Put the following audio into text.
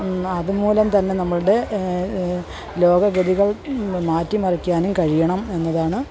അതുമൂലം തന്നെ നമ്മളുടെ ലോകഗതികൾ മാറ്റി മറിക്കാനും കഴിയണം എന്നതാണ്